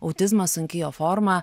autizmas sunki jo forma